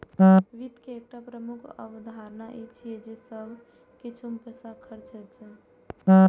वित्त के एकटा प्रमुख अवधारणा ई छियै जे सब किछु मे पैसा खर्च होइ छै